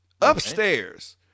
upstairs